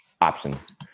options